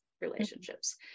relationships